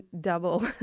double